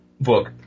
book